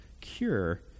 cure